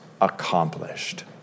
accomplished